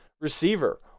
receiver